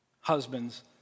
husbands